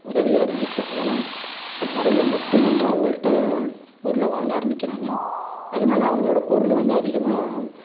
உதவியாக இருந்துச்சு ஏன்னா நிறைய மக்கள் வந்து அவங்கள்ட்ட பொருளை வாங்க ஆரம்பிக்கிறாங்க அதனால அவங்களோட பொருள் வந்து அதிகமாக